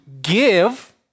give